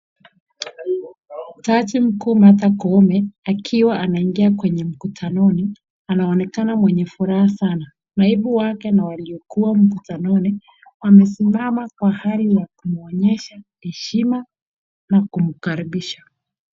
Jaji mkuu Martha Koome akiwa anaingia kwenye mkutanoni anaoneka mweye furaha sana. Naibu wake na waliokuwa mkutanoni wamesimama kwa hali ya kumuonyesha heshima na kumkaribisha.